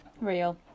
Real